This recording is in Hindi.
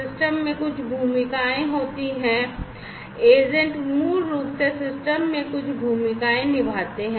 सिस्टम में कुछ भूमिकाएँ होती हैं एजेंट मूल रूप से सिस्टम में कुछ भूमिकाएँ निभाते हैं